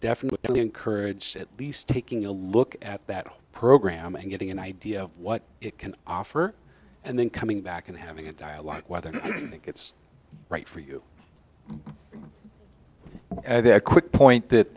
definitely encouraged at least taking a look at that program and getting an idea of what it can offer and then coming back and having a dialogue whether it's right for you they're quick to point